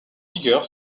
vigueur